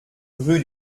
rue